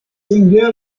singles